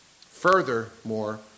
Furthermore